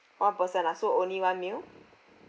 one person ah so only one meal